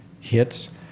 hits